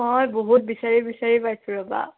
হয় বহুত বিচাৰি বিচাৰি পাইছোঁ ৰ'বা